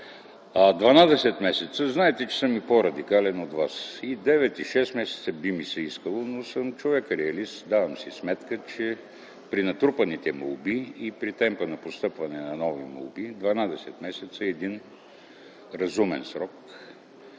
месеца – знаете, че съм по-радикален от вас. И 9, и 6 месеца би ми се искало, но съм човек реалист - давам си сметка, че при натрупаните молби и при темпа на постъпване на нови молби 12 месеца е един разумен срок,